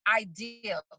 ideal